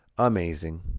amazing